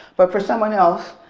but for someone else,